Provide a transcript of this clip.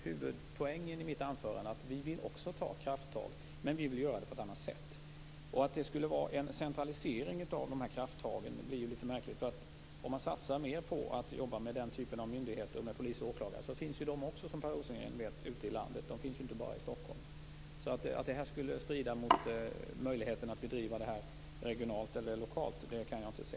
Huvudpoängen i mitt anförande var att också vi vill ta krafttag, men vi vill göra det på ett annat sätt. Att dessa krafttag skulle innebära en centralisering är en litet märklig uppfattning. De här myndigheterna, polis och åklagare, finns, som Per Rosengren vet, ute i landet, inte bara i Stockholm. Att ett samarbete med dessa skulle strida mot möjligheterna att bedriva verksamheten regionalt eller lokalt kan jag alltså inte inse.